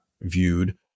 viewed